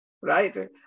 right